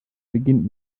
beginnt